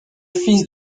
fils